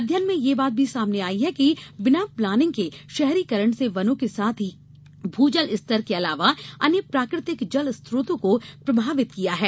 अध्ययन में यह बात भी सामने आई है कि बिना प्लानिंग के शहरीकरण से वनों के साथ ही भू जल स्तर के अलावा अन्य प्राकृतिक जल स्रोतों को प्रभावित किया है